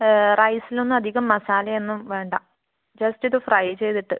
റൈസിൽ ഒന്നും അധികം മസാല ഒന്നും വേണ്ട ജസ്റ്റ് ഒരു ഫ്രൈ ചെയ്തിട്ട്